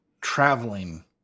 traveling